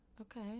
Okay